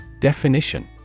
Definition